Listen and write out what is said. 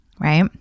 right